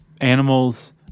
animals